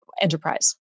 enterprise